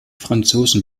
franzosen